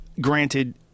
granted